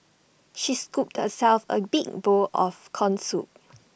she scooped herself A big bowl of Corn Soup